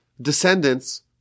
descendants